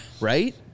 right